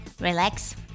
Relax